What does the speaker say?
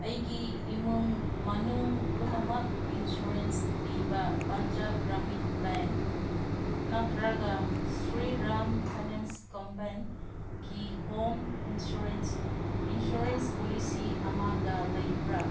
ꯑꯩꯒꯤ ꯏꯃꯨꯡ ꯃꯅꯨꯡ ꯄꯨꯝꯅꯃꯛ ꯏꯟꯁꯨꯔꯦꯟꯁ ꯄꯤꯕ ꯄꯟꯖꯥꯞ ꯒ꯭ꯔꯥꯃꯤꯟ ꯕꯦꯡ ꯅꯠꯇ꯭ꯔꯒ ꯁ꯭ꯔꯤꯔꯥꯝ ꯐꯥꯏꯅꯥꯟꯁ ꯀꯝꯄꯦꯟꯀꯤ ꯍꯣꯝ ꯏꯟꯁꯨꯔꯦꯟꯁ ꯏꯟꯁꯤꯔꯦꯟꯁ ꯄꯣꯂꯤꯁꯤ ꯑꯃꯒ ꯂꯩꯕ꯭ꯔꯥ